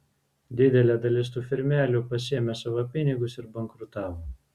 didelė dalis tų firmelių pasiėmė savo pinigus ir bankrutavo